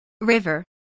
River